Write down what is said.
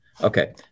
Okay